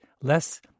less